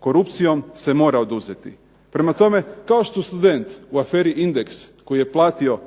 korupcijom se mora oduzeti. Prema tome, kao što student u aferi Indeks koji je platio